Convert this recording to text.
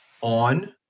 on